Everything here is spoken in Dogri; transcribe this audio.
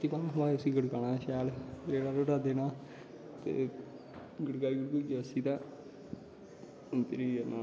ते पत्ती पानैं दै बाद उसी गड़काना शैल रेड़ा रूड़ा देनै ते गड़काई गड़कुईयै उसी तां उतारियै